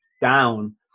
down –